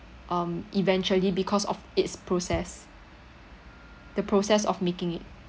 um eventually because of its process the process of making it